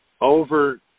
over